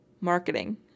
marketing